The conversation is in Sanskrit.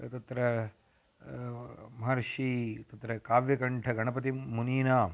तत्र महर्षिः तत्र काव्यकण्ठगणपतिमुनीनां